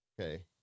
Okay